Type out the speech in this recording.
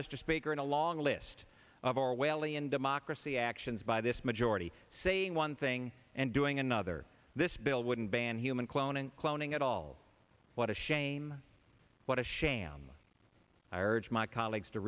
mr speaker in a long list of orwellian democracy actions by this majority saying one thing and doing another this bill wouldn't ban human cloning cloning at all what a shame what a sham i urge my colleagues to